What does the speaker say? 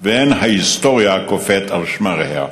ואין ההיסטוריה קופאת על שמריה.